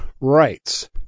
rights